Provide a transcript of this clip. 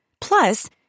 Plus